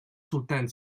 sultans